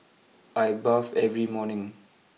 I bathe every morning